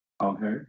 Okay